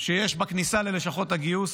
שיש בכניסה ללשכות הגיוס,